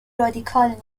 رادیکال